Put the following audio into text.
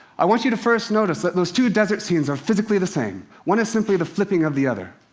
i want you to first notice that those two desert scenes are physically the same. one is simply the flipping of the other.